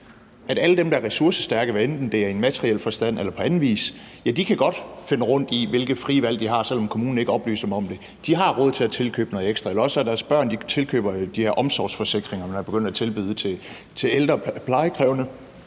at alle dem, der er ressourcestærke, hvad enten det er i materiel forstand eller på anden vis, godt kan finde rundt i, hvilke frie valg de har, selv om kommunen ikke oplyser dem om det. De har råd til at tilkøbe noget ekstra, eller også har deres børn. De tilkøber jo de her omsorgsforsikringer, man er begyndt at tilbyde til ældre plejekrævende,